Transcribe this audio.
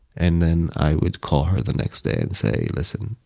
and then i would call her the next day and say, listen,